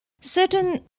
certain